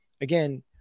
again